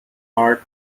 art